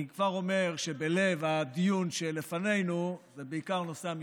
אני כבר אומר שבלב הדיון שלפנינו בעיקר נושא המשפחתונים,